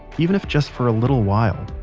even if just for a little while.